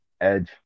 Edge